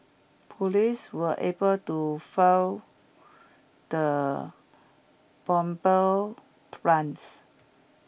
Police were able to foil the bomber's plans